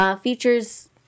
features